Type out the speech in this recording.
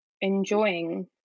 enjoying